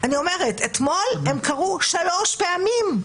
אתמול הם קרו שלוש פעמים,